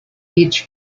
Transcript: each